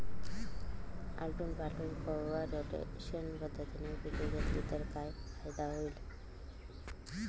आलटून पालटून किंवा रोटेशन पद्धतीने पिके घेतली तर काय फायदा होईल?